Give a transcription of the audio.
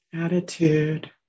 attitude